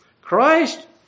Christ